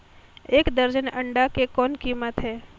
एक दर्जन अंडा के कौन कीमत हे?